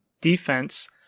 defense